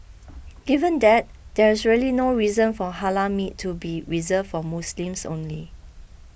given that there is really no reason for halal meat to be reserved for Muslims only